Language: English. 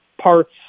parts